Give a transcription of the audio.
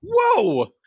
whoa